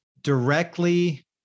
directly